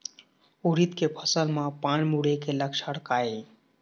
उरीद के फसल म पान मुड़े के लक्षण का ये?